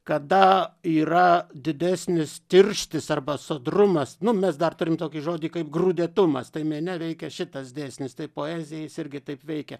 kada yra didesnis tirštis arba sodrumas nu mes dar turim tokį žodį kaip grūdėtumas tai mene veikia šitas dėsnis tai poeziją jis irgi taip veikia